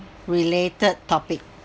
related topic